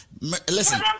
Listen